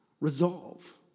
resolve